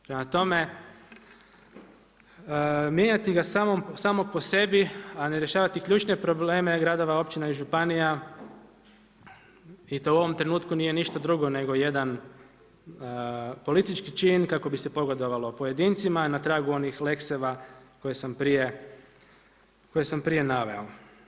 Prema tome, mijenjati ga samog po sebi a ne rješavati ključne probleme gradova, općina i županija i to u ovom trenutku nije ništa drugo nego jedan politički cilj kako bi se pogodovalo pojedincima na tragu onih lex-eva koje sam prije naveo.